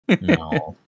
No